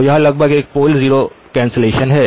तो यह लगभग एक पोल ज़ीरो कैंसलेशन है